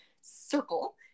circle